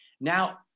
Now